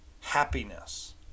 happiness